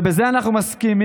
ובזה אנחנו מסכימים,